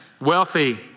wealthy